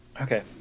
Okay